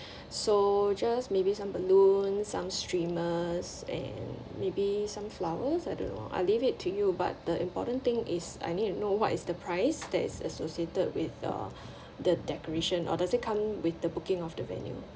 so just maybe some balloon some streamers and maybe some flowers I don't know I leave it to you but the important thing is I need to know what is the price that is associated with uh the decoration or does it come with the booking of the venue